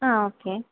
ஆ okay